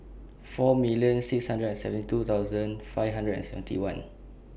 four million six hundred and seventy two thousand five hundred and seventy one